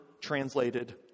translated